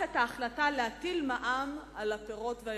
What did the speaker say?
את ההחלטה להטיל מע"מ על הפירות והירקות.